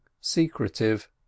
secretive